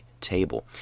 table